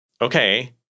okay